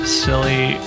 silly